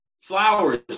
Flowers